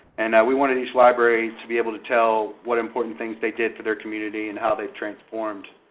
and we wanted each library to be able to tell what important things they did for their community, and how they've transformed